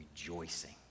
rejoicing